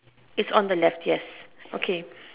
is on the left yes okay